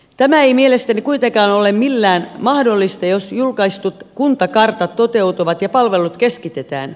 tämä ei mielestäni kuitenkaan ole millään mahdollista jos julkaistut kuntakartat toteutuvat ja palvelut keskitetään